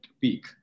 peak